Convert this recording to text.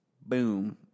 Boom